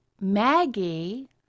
Maggie